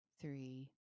three